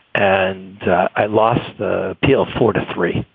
and i lost the appeal four to three.